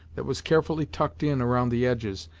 that was carefully tucked in around the edges,